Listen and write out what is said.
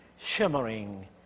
shimmering